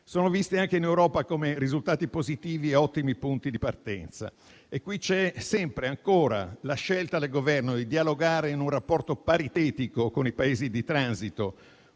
sono visti anche in Europa come risultati positivi e ottimi punti di partenza e qui c'è sempre ancora la scelta del Governo di dialogare in un rapporto paritetico con i Paesi di transito